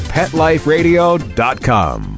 PetLifeRadio.com